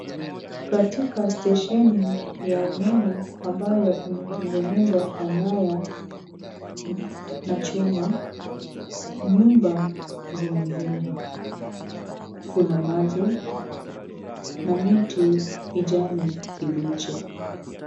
Katika stesheni ya umeme ambayo inatengenezwa kwa nyaya na chuma, nyumba zimejengwa, kuna maji na miti kijani kibichi.